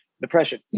Depression